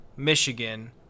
Michigan